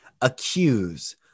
accuse